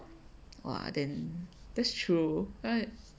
!wah! then that's true